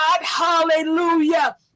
hallelujah